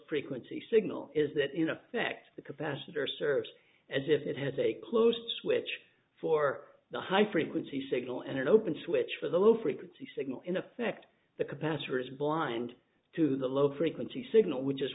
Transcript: frequency signal is that in effect the capacitor serves as if it has a close which for the high frequency signal an open switch for the low frequency signal in effect the capacitor is blind to the low frequency signal which is